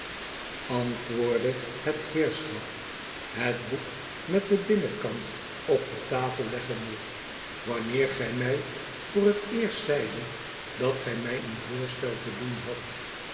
antwoordde het heerschap het boek met den binnenkant op de tafel leggende t wanneer gif mij voor het eerst zeidet dat gij mij een voorstel te doen hadt